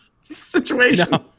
situation